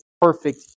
perfect